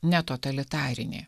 ne totalitarinė